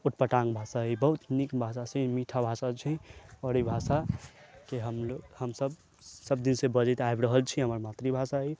उटपटांग भाषा अछि बहुत नीक भाषा छी मीठा भाषा छी आओर ई भाषा के हमलोग हमसब सबदिन से बजैत आबि रहल छी हमर मातृभाषा अछि